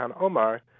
Omar